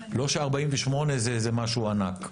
לא ש-48 זה משהו ענק.